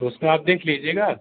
तो उसका आप देख लीजिएगा